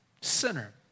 Sinner